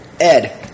Ed